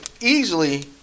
easily